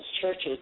churches